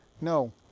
No